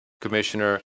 commissioner